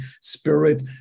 Spirit